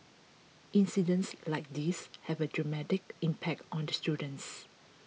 incidents like these have a traumatic impact on the students